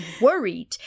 worried